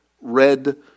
red